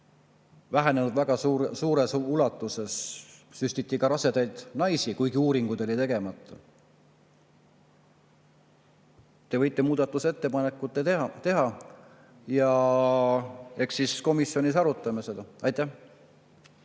vähenenud väga suures ulatuses. Süstiti ka rasedaid naisi, kuigi uuringud olid tegemata. Te võite muudatusettepanekud teha ja eks siis komisjonis arutame seda. Evelin